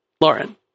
Lauren